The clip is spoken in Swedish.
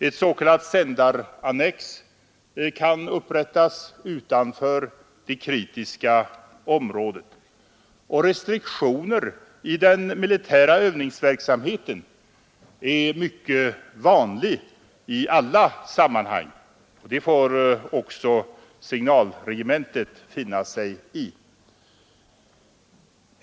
Ett s.k. sändarannex kan upprättas utanför det kritiska området. Restriktioner är också mycket vanliga i alla sammanhang i den militära övningsverksamheten; det får också signalregementet finna sig i.